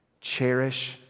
cherish